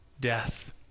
death